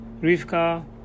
Rivka